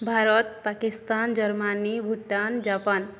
Bharat Pakistan Germany Bhutan Japan